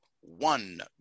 one